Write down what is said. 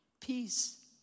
Peace